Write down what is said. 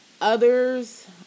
Others